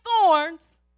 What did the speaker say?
thorns